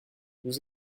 vous